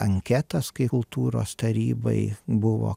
anketas kai kultūros tarybai buvo